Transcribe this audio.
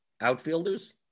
outfielders